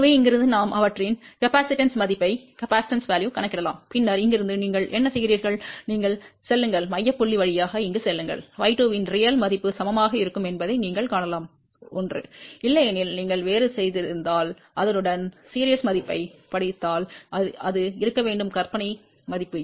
எனவே இங்கிருந்து நாம் அவற்றின் கொள்ளளவு மதிப்பைக் கணக்கிடலாம் பின்னர் இங்கிருந்து நீங்கள் என்ன செய்கிறீர்கள் நீங்கள் செல்லுங்கள் மையப் புள்ளி வழியாக இங்கு செல்லுங்கள் y2 இன் உண்மையான மதிப்பு சமமாக இருக்கும் என்பதை நீங்கள் காணலாம் 1 இல்லையெனில் நீங்கள் தவறு செய்திருந்தால் அதனுடன் தொடர்புடைய மதிப்பைப் படித்தால் அது இருக்க வேண்டும் கற்பனை மதிப்பு